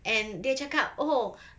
and dia cakap oh